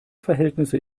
verhältnisse